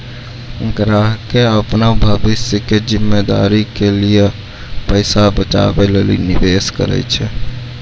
ग्राहकें अपनो भविष्य के जिम्मेदारी के लेल पैसा बचाबै लेली निवेश करै छै